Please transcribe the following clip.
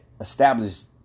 established